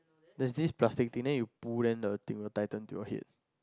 that's this plastinate you pull then the thing will tighten to your head